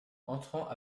entrant